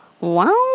Wow